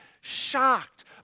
shocked